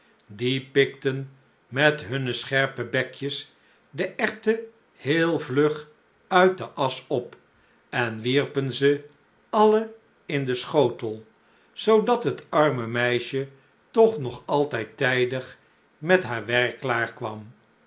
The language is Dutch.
pikten met hunne scherpe bekjes de erwten heel vlug uit de asch op en wierpen ze alle in den schotel zoodat het arme meisje toch nog altijd tijdig met haar werk klaar kwam